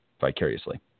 vicariously